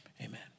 Amen